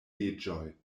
leĝoj